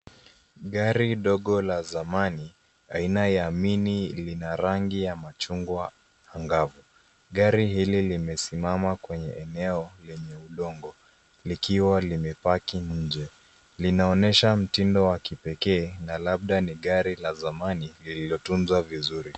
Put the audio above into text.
Gari ndogo la zamani aina ya mini lina rangi ya machungwa angavu ,gari hili limesimama kwenye eneo lenye udongo likiwa limepaki nje linaonyesha mtindo wa kipekee na labda ni gari la zamani lililotunzwa vizuri.